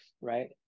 right